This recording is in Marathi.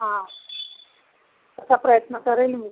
हां तसा प्रयत्न करेल मी